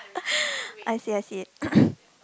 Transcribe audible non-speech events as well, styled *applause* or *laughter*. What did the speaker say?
*breath* I see I see *coughs*